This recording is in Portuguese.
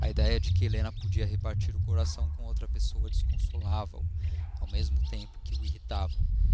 a idéia de que helena podia repartir o coração com outra pessoa desconsolava o ao mesmo tempo que o irritava